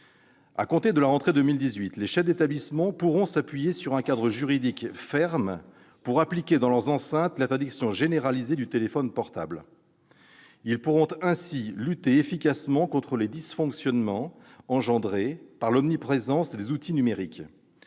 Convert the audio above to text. À compter de la rentrée de 2018, les chefs d'établissement pourront s'appuyer sur un cadre juridique ferme pour appliquer dans l'enceinte scolaire l'interdiction généralisée du téléphone portable. Ils pourront ainsi lutter efficacement contre les dysfonctionnements engendrés par l'omniprésence des outils numériques.